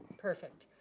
perfect.